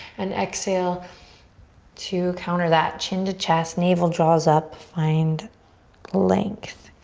and exhale to counter that. chin to chest, navel draws up, find length.